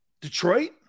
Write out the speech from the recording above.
Detroit